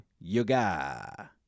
yoga